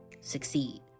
succeed